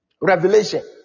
revelation